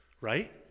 right